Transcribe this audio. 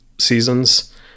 Seasons